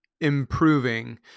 improving